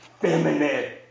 feminine